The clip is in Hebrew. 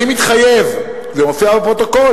אני מתחייב, זה מופיע בפרוטוקול,